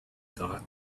thought